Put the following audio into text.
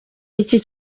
iki